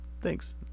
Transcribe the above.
Thanks